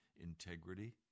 integrity